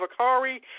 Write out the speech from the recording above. Akari